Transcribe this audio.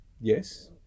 Yes